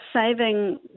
saving